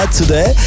today